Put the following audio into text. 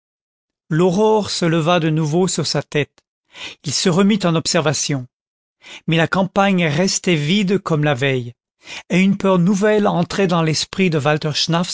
l'aurore se leva de nouveau sur sa tête il se remit en observation mais la campagne restait vide comme la veille et une peur nouvelle entrait dans l'esprit de